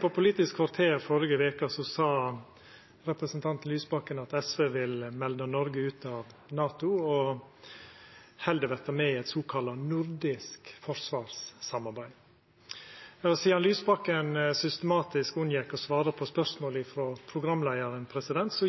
På Politisk kvarter førre veke sa representanten Lysbakken at SV vil melda Noreg ut av NATO og heller verta med i eit såkalla nordisk forsvarssamarbeid. Sidan Lysbakken systematisk unngjekk å svara på spørsmålet frå programleiaren,